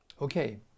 okay